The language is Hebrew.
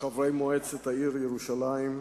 חברי מועצת העיר ירושלים,